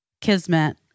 Kismet